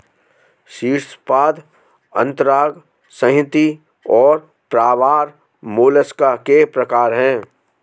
शीर्शपाद अंतरांग संहति और प्रावार मोलस्का के प्रकार है